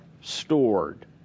stored